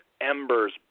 embers